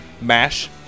mash